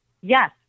Yes